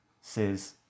says